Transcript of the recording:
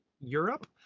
Europe